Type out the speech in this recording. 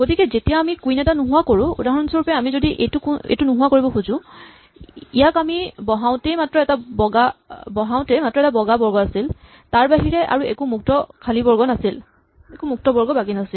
গতিকে যেতিয়া আমি কুইন এটা নোহোৱা কৰো উদাহৰণস্বৰূপে আমি যদি এইটো নোহোৱা কৰিব খোজো ইয়াক আমি বহাওতেই মাত্ৰ এটা বগা বৰ্গ আছিল তাৰবাহিৰে আৰু একো মুক্ত বৰ্গ বাকী নাছিল